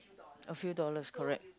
a few dollars correct